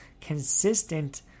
consistent